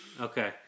Okay